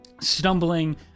stumbling